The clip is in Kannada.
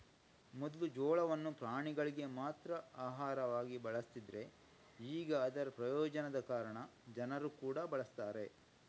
ಮೊದ್ಲು ಜೋಳವನ್ನ ಪ್ರಾಣಿಗಳಿಗೆ ಮಾತ್ರ ಆಹಾರವಾಗಿ ಬಳಸ್ತಿದ್ರೆ ಈಗ ಅದರ ಪ್ರಯೋಜನದ ಕಾರಣ ಜನ ಕೂಡಾ ಬಳಸ್ತಾರೆ